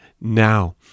now